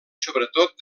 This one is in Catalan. sobretot